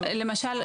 למשל,